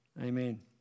amen